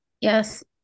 Yes